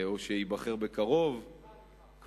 או שייבחר בקרוב, נבחר, נבחר.